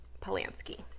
polanski